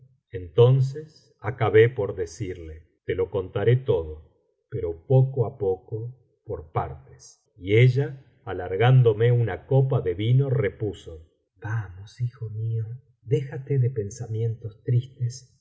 entonces acabé por decirle te lo contaré todo pero poco á poco por partes y ella alargándome una copa de vino repuso vamos hijo mío déjate de pensamientos tristes